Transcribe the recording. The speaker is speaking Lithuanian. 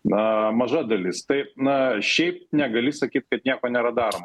na maža dalis tai na šiaip negali sakyt kad nieko nėra daroma